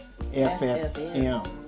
FFM